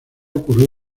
ocurrió